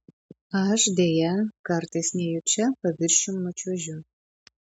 aš deja kartais nejučia paviršium nučiuožiu